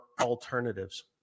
alternatives